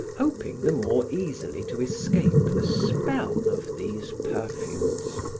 hoping the more easily to escape the spell of these perfumes.